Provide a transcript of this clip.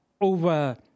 over